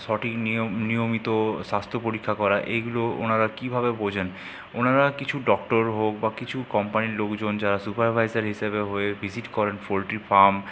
সঠিক নিয়ম নিয়মিত স্বাস্থ্য পরীক্ষা করা এগুলো ওনারা কীভাবে বোঝেন ওনারা কিছু ডক্টর হোক বা কিছু কোম্পানির লোকজন যারা সুপারভাইজার হিসেবে হয়ে ভিজিট করেন পোল্ট্রি ফার্ম